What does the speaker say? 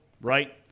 right